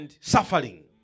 Suffering